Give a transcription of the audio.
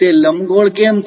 તે લંબગોળ કેમ છે